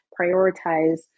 prioritize